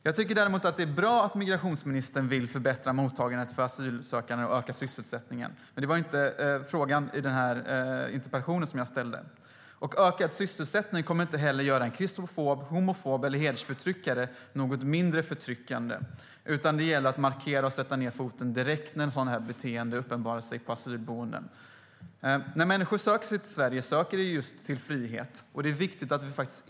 Jag tycker däremot att det är bra att migrationsministern vill förbättra mottagandet för asylsökande och öka sysselsättningen. Men det var inte frågan i den interpellation som jag ställde. Ökad sysselsättning kommer inte att göra en kristofob, homofob eller hedersförtryckare mindre förtryckande, utan det gäller att markera och sätta ned foten direkt när sådant beteende uppenbarar sig på asylboenden. När människor söker sig till Sverige söker de just frihet, och det är viktigt att vi erbjuder det.